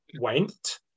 went